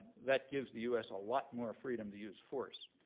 that gives the us a lot more freedom to use force.